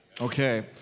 Okay